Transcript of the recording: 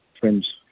friend's